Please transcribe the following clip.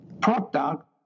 product